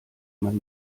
man